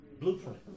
blueprint